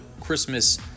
Christmas